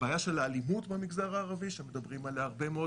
הבעיה של האלימות במגזר הערבי שמדברים עליה הרבה מאוד,